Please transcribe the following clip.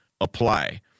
apply